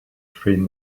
train